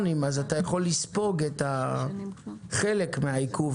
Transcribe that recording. יכול לספוג חלק מהעיכוב.